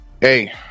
hey